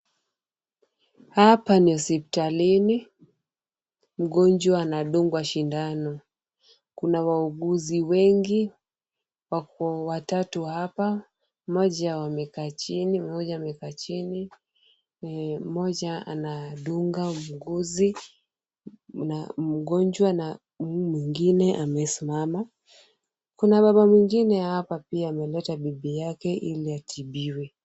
Hapa ni hospitalini. Mgonjwa anadungwa sindano. Kuna wauguzi wengi, wako watatu hapa, mmoja wamekaa chini, mmoja amekaa chini, mmoja anadunga muuguzi, na mgonjwa na huyu mwingine amesimama. Kuna baba mwingine hapa pia ameleta bibi yake ili atibiwe.